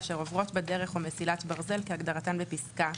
אשר עוברות בה דרך או מסילת ברזל כהגדרתן בפסקה (1)